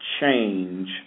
change